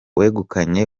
wegukanye